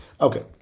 Okay